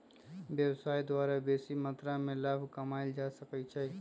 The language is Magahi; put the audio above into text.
व्यवसाय द्वारा बेशी मत्रा में लाभ कमायल जा सकइ छै